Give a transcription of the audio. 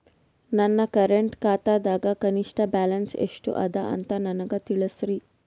ನನ್ನ ಕರೆಂಟ್ ಖಾತಾದಾಗ ಕನಿಷ್ಠ ಬ್ಯಾಲೆನ್ಸ್ ಎಷ್ಟು ಅದ ಅಂತ ನನಗ ತಿಳಸ್ರಿ